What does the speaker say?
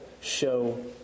show